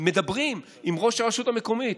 מדברים עם ראש הרשות המקומית,